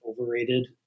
overrated